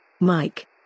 Mike